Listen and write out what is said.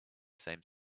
same